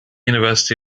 university